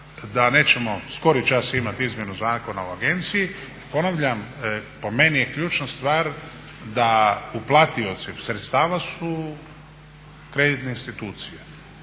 da nećemo skori čas imati izmjenu Zakona o agenciji. Ponavljam, po meni je ključna stvar da uplatioci sredstava su kreditne institucije.